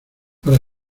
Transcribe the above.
para